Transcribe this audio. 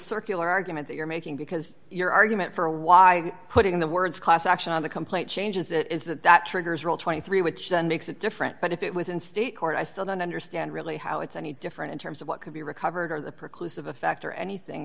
circular argument you're making because your argument for why putting the words class action on the complaint changes it is that that triggers rule twenty three which makes it different but if it was in state court i still don't understand really how it's any different in terms of what could be recovered or the purpose of effect or anything